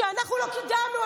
שאנחנו לא קידמנו.